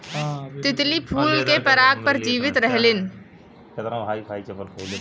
तितली फूल के पराग पर जीवित रहेलीन